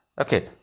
Okay